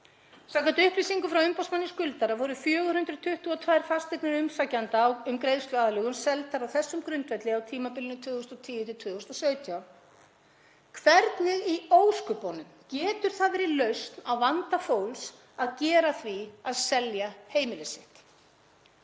Samkvæmt upplýsingum frá umboðsmanni skuldara voru 422 fasteignir umsækjenda um greiðsluaðlögun seldar á þessum grundvelli á tímabilinu 2010–2017. Hvernig í ósköpunum getur það verið lausn á vanda fólks að gera því að selja heimili sitt?